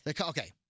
Okay